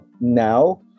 now